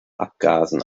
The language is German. abgasen